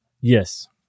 Yes